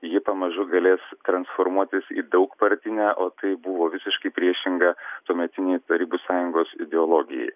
ji pamažu galės transformuotis į daugpartinę o tai buvo visiškai priešinga tuometinei tarybų sąjungos ideologijai